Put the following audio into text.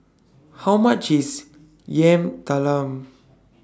How much IS Yam Talam